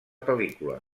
pel·lícula